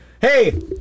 hey